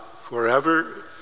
forever